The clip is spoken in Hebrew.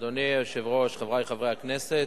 אדוני היושב-ראש, חברי חברי הכנסת,